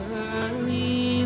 early